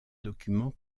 documents